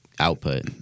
output